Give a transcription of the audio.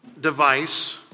device